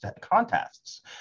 contests